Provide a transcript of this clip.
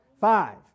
Five